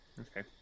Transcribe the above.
okay